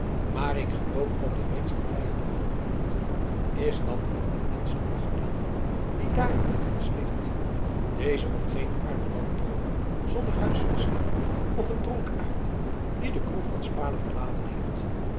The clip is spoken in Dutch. maar ik geloof dat er reeds een vijand achter loert is dat niet een menschelijke gedaante die daar in het gras ligt deze of gene arme landlooper zonder huisvesting of een dronkaard die de kroeg wat spade verlaten heeft